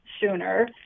sooner